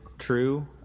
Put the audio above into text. true